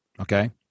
Okay